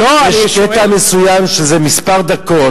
יש קטע מסוים שזה כמה דקות.